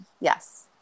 Yes